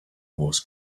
wars